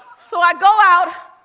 so i go out,